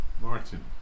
Martin